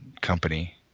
company